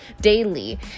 daily